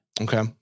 Okay